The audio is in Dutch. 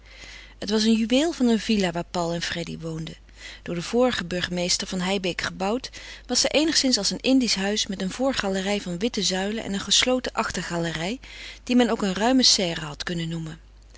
het was een juweel van een villa waar paul en freddy woonden door den vorigen burgemeester van heibeek gebouwd was zij eenigszins als een indisch huis met een voorgalerij van witte zuilen en een gesloten achtergalerij die men ook een ruime serre had kunnen noemen